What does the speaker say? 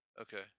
Okay